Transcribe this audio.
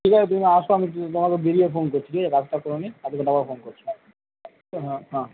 ঠিক আছে তুমি আসো আমি তোমাকে বেরিয়ে ফোন করছি ঠিক আছে কাজটা করে নিই আধ ঘণ্টা পরে ফোন করছি হ্যাঁ হ্যাঁ